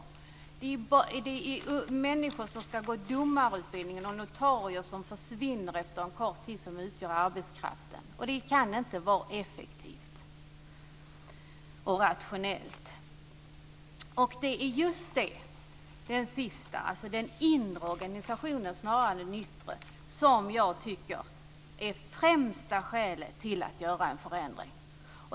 Arbetskraften utgörs av människor som ska gå domarutbildning och notarier som försvinner efter en kort tid. Det kan inte vara effektivt och rationellt. Det är den inre organisationen snarare än den yttre som jag tycker är det främsta skälet till att göra en förändring.